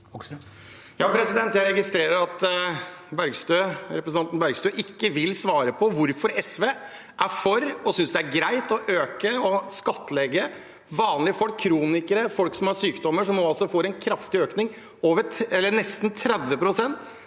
Jeg registrerer at re- presentanten Bergstø ikke vil svare på hvorfor SV er for og synes det er greit å øke skattleggingen av vanlige folk, kronikere, folk som har sykdommer. De får nå en kraftig økning – nesten 30 pst.